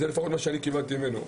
זה לפחות מה שאני קיבלתי ממנו.